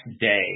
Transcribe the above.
day